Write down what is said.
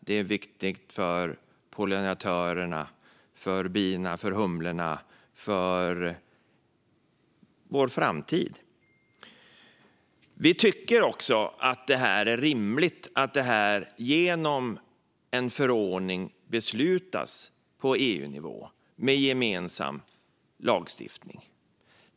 Det är viktigt för pollinatörerna - bina och humlorna - och för vår framtid. Vi tycker också att det är rimligt att detta beslutas på EU-nivå genom en förordning och gemensam lagstiftning.